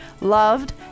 Loved